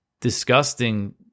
disgusting